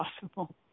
possible